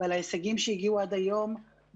ועל ההישגים שאליהם הגיעו עד היום בנושא